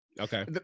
Okay